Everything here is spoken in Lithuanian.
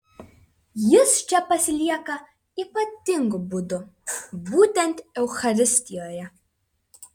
jis čia pasilieka ypatingu būdu būtent eucharistijoje